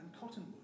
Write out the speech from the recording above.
cottonwood